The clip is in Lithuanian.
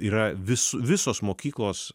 yra vis visos mokyklos